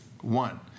One